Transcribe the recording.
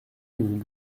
mis